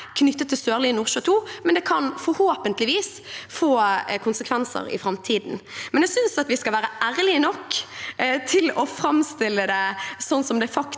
knyttet til Sørlige Nordsjø II, men det kan forhåpentligvis få konsekvenser i framtiden. Jeg synes at vi skal være ærlig nok til å framstille det slik det faktisk